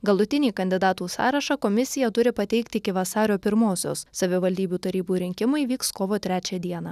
galutinį kandidatų sąrašą komisija turi pateikti iki vasario pirmosios savivaldybių tarybų rinkimai vyks kovo trečią dieną